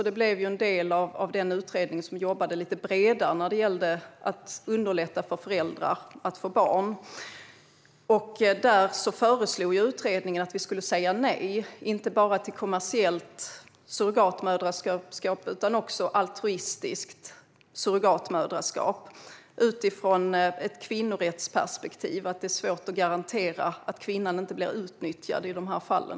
Det blev en del av den utredning som jobbade lite bredare när det gällde att underlätta för föräldrar att få barn. Utredningen föreslog att vi skulle säga nej inte bara till kommersiellt surrogatmoderskap utan också till altruistiskt sådant utifrån ett kvinnorättsperspektiv. Det är svårt att garantera att kvinnan inte blir utnyttjad i de här fallen.